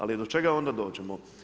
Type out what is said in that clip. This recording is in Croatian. Ali do čega onda dođemo?